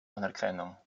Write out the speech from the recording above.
anerkennung